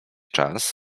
czas